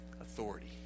authority